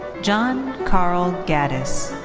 john carl gaddis.